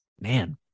man